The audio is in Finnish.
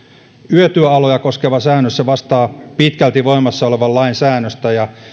yötyöaloja koskeva säännös vastaa pitkälti voimassa olevan lain säännöstä ja